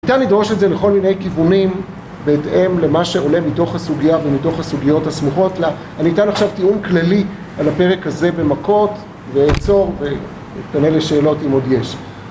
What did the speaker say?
ניתן לדרוש את זה לכל מיני כיוונים, בהתאם למה שעולה מתוך הסוגיה ומתוך הסוגיות הסמוכות לה. אני אתן עכשיו טיעון כללי על הפרק הזה במכות, ואעצור, ואענה לשאלות, אם עוד יש.